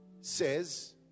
Says